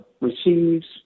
receives